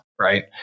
right